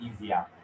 easier